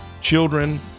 children